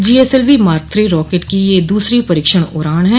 GSLV mark three rocket की यह दूसरी परीक्षण उड़ान है